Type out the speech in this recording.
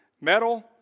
Metal